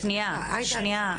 ענה.